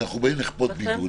כשאנחנו באים לכפות בידוד,